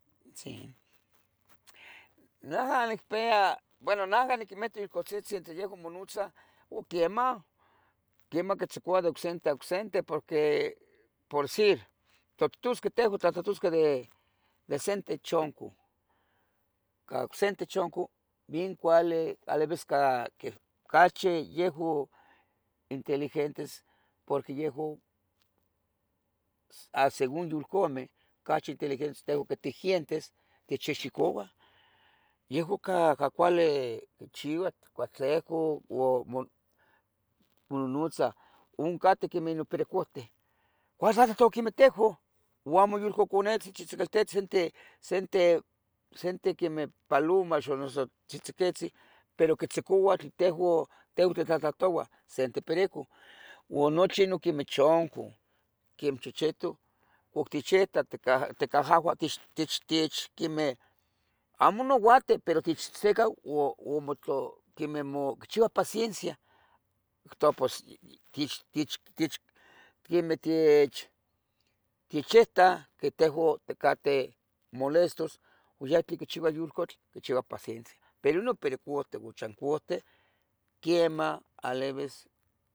Neja nicpia bueno neja niquimita ocuilseseh tlen yeha monotzah o quemah quemah quitzicouah de sente ocsete porque pordecir tla tusqueh tlan ittlatlahtosqueh de se techoncoh de ocse techoncoh nin cuali alivis cachi yehu iteligentes porque yehu asegún yulcomeh ocachi inteligientes tehuan que tigentes tichihchicouah yehuan ca cacuali quichiua ualtlicoh mononotzah oncateh quemeh nopiricutih uan tlatlahtuah quemeh teju uan moyolconetzin tzihtzitetzen sente quemeh sente quemeh palomah xonoso tzihtziquisih pero quitzicouah teuan titlotlohtouah sente te perico uan nochi noquimih chanco quemeh checheutoc octichiutoh ticahcauah tich tich quemih amo nouatih quemih quichiua paciencia techitah quemeh ticateh molestos ya tlen quinchiua in yolcatl quichiua paciencia pero inon pericohten uan chancohten quemah alivis